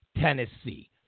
Tennessee